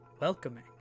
welcoming